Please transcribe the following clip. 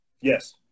Yes